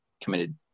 committed